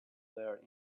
there